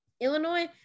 Illinois